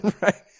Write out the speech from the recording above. Right